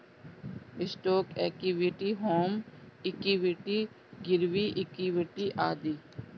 stock equity, home equity, गिरवी equity आदि